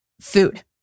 food